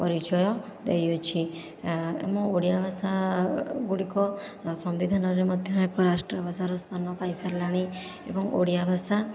ପରିଚୟ ଦେଇଅଛି ଆମ ଓଡ଼ିଆ ଭାଷାଗୁଡ଼ିକ ସମ୍ବିଧାନରେ ମଧ୍ୟ ଏକ ରାଷ୍ଟ୍ର ଭାଷାର ସ୍ଥାନ ପାଇସାରିଲାଣି ଏବଂ ଓଡ଼ିଆ ଭାଷା